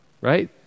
right